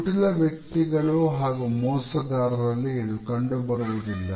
ಕುಟಿಲ ವ್ಯಕ್ತಿಗಳು ಹಾಗೂ ಮೋಸಗಾರರಲ್ಲಿ ಇದು ಕಂಡು ಬರುವುದಿಲ್ಲ